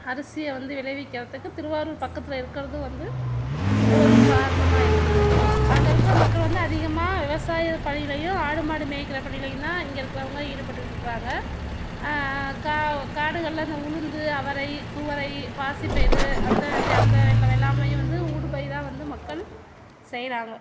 அரிசியை வந்து விளைவிக்கிறதுக்கு திருவாரூர் பக்கத்தில் இருக்கிறது வந்து ஒரு காரணமாக இருக்குது அங்கே இருக்கிற மக்கள் வந்து அதிகமாக விவசாயம் பணியிலேயும் ஆடு மாடு மேய்க்கிற பணியிலேயும் தான் இங்கே இருக்கிறவுங்க ஈடுபட்டுகிட்டு இருக்கிறாங்க கா காடுகளில் இந்த உளுந்து அவரை துவரை பாசிப்பயிறு அந்த அந்த வெள்ளாமையும் வந்து ஊடு பயிராக வந்து மக்கள் செய்கிறாங்க